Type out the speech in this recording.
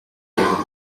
gufungwa